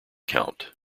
count